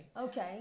Okay